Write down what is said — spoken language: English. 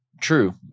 True